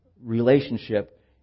relationship